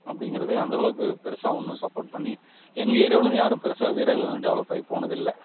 அப்படிங்கிறது அந்தளவுக்கு பெருசாக ஒன்றும் சப்போர்ட் பண்ணி எங்கள் ஏரியாவுலேருந்து யாரும் பெருசாக வீரர்கள்னு டெவலப் ஆயி போனதில்லை